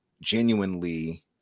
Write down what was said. genuinely